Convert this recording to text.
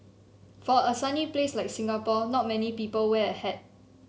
for a sunny place like Singapore not many people wear a hat